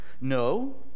No